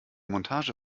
montage